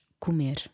comer